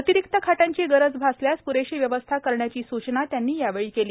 अतिरिक्त खाटांची गरज भासल्यास प्रेशी व्यवस्था करण्याच्या स्चना त्यांनी यावेळी दिल्या